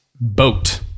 boat